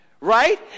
Right